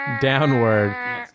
downward